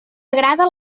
agrada